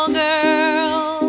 girl